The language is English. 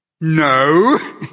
No